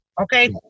Okay